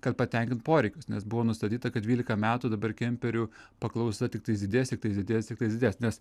kad patenkint poreikius nes buvo nustatyta kad dvylika metų dabar kemperių paklausą tiktai didės tiktai didės tiktai didės nes